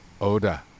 Oda